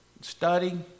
study